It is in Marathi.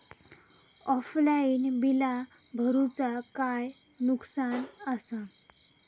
ऑफलाइन बिला भरूचा काय नुकसान आसा?